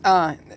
ah